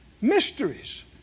Mysteries